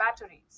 batteries